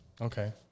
Okay